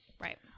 Right